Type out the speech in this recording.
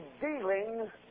dealing